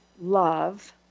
love